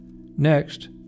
Next